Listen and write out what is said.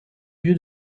lieu